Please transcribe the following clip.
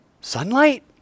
sunlight